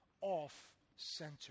off-center